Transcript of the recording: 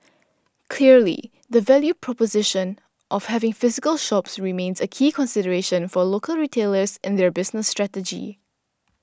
clearly the value proposition of having physical shops remains a key consideration for local retailers in their business strategy